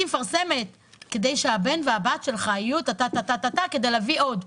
מפרסמת להורים: "כדי שהבן והבת שלך" כדי להביא עוד.